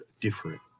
different